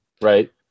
right